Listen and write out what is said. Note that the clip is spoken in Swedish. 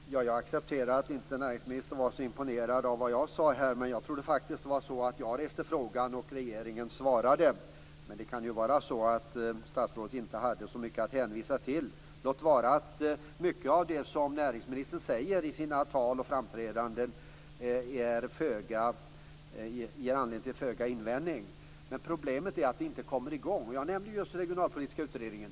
Fru talman! Jag accepterar att näringsministern inte var så imponerad av vad jag sade, men jag trodde faktiskt att det var jag som skulle resa frågan och att regeringen skulle svara. Det kan ju vara så att statsrådet inte hade så mycket att hänvisa till. Låt vara att mycket av det som näringsministern säger i sina tal och framträdanden ger föga anledning till invändning. Men problemet är att ni inte kommer i gång. Jag nämnde just den regionalpolitiska utredningen.